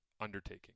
undertaking